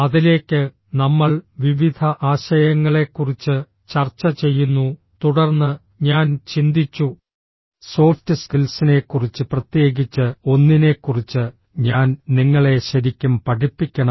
അതിലേക്ക് നമ്മൾ വിവിധ ആശയങ്ങളെക്കുറിച്ച് ചർച്ച ചെയ്യുന്നു തുടർന്ന് ഞാൻ ചിന്തിച്ചു സോഫ്റ്റ് സ്കിൽസിനെക്കുറിച്ച് പ്രത്യേകിച്ച് ഒന്നിനെക്കുറിച്ച് ഞാൻ നിങ്ങളെ ശരിക്കും പഠിപ്പിക്കണം